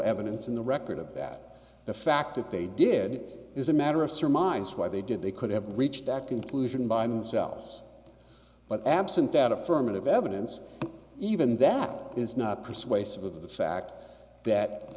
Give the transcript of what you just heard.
evidence in the record of that the fact that they did it is a matter of surmise why they did they could have reached that conclusion by themselves but absent that affirmative evidence even that is not persuasive of the fact that